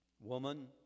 woman